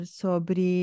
sobre